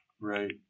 Right